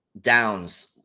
downs